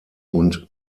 und